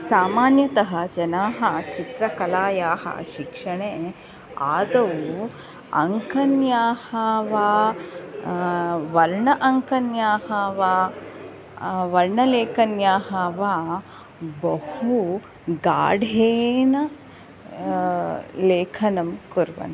सामान्यतः जानाः चित्रकलायाः शिक्षणे आदौ अङ्कन्याः वा वर्ण अङ्कन्याः वा वर्णलेखन्याः वा बहु गाढेन लेखनं कुर्वन्ति